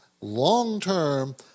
Long-term